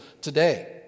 today